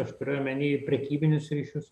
aš turiu omeny prekybinius ryšius